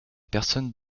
personne